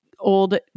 old